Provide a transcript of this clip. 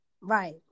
Right